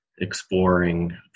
exploring